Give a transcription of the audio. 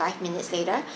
five minutes later